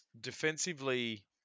Defensively